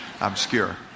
obscure